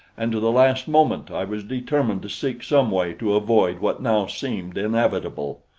and to the last moment i was determined to seek some way to avoid what now seemed inevitable.